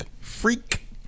Freak